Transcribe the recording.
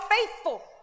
faithful